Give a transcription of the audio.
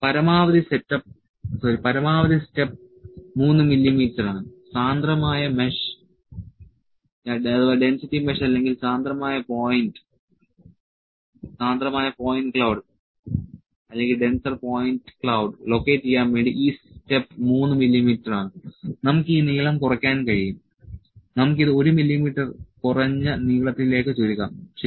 പരമാവധി സ്റ്റെപ്പ് 3 മില്ലീമീറ്ററാണ് സാന്ദ്രമായ മെഷ് അല്ലെങ്കിൽ സാന്ദ്രമായ പോയിന്റ് ക്ളൌഡ് ലൊക്കേറ്റ് ചെയ്യാൻ വേണ്ടി ഈ സ്റ്റെപ്പ് 3 മില്ലീമീറ്ററാണ് നമുക്ക് ഈ നീളം കുറയ്ക്കാൻ കഴിയും നമുക്ക് ഇത് 1 മില്ലീമീറ്റർ കുറഞ്ഞ നീളത്തിലേക്ക് ചുരുക്കാം ശരി